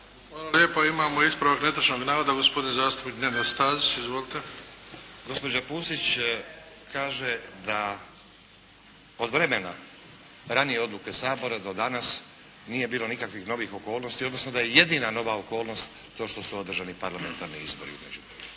lijepa. Imamo ispravak netočnog navoda. Gospodin zastupnik Nenad Stazić. Izvolite. **Stazić, Nenad (SDP)** Gospođa Pusić kaže da od vremena ranije odluke Sabora do danas nije bilo nikakvih novijih okolnosti, odnosno da je jedina nova okolnost to što su održani parlamentarni izbori u